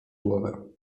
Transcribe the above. głowę